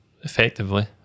effectively